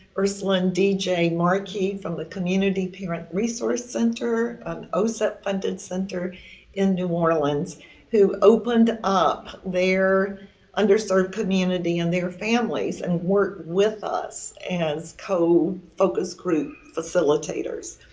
ursula and dj markey from the community parent resource center, an osep-funded center in new orleans who opened up their underserved community and their families and worked with us as co-focus group facilitators.